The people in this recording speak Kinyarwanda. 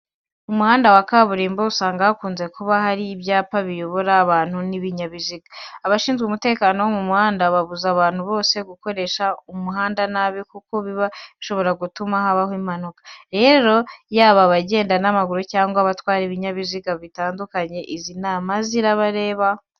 Mu muhanda wa kaburimbo usanga hakunze kuba hari ibyapa biyobora abantu n'ibinyabiziga. Abashinzwe umutekano wo mu muhanda babuza abantu bose gukoresha umuhanda nabi kuko biba bishobora gutuma habaho impanuka. Rero yaba abagenda n'amaguru cyangwa abatwara ibinyabiziga bitandukanye, izi nama zirabareba.